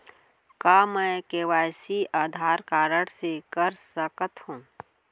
का मैं KYC Aadhaar card से कर सकत हो?